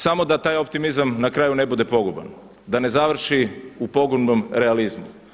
Samo da taj optimizam na kraju ne bude poguban, da ne završi u pogubnom realizmu.